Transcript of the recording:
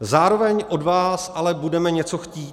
Zároveň od vás ale budeme něco chtít.